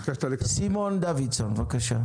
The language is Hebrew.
סימון דוידסון, בבקשה.